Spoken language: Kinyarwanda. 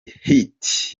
hit